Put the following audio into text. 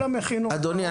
אדוני,